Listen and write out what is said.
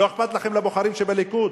לא אכפת לכם מהבוחרים של הליכוד?